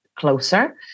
Closer